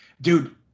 Dude